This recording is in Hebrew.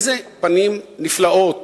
איזה פנים נפלאות